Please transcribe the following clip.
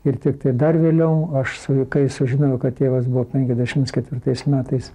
ir tiktai dar vėliau aš su kai sužinojau kad tėvas buvo penkiasdešim ketvirtais metais